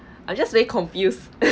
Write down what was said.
I'm just very confused